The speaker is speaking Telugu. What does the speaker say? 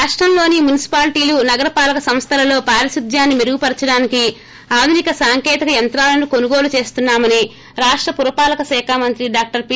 రాష్ణంలోని మునిసిపాలీటీలు నగర పాలక సంస్థలలో పారిశుధ్యాన్ని మెరుగుపరచడానికి ఆధునిక సాంకేతిక యంత్రాలను కొనుగోలు చేస్తున్నామని రాష్ల పురపాలక శాఖ మంత్రి డాక్లర్ పి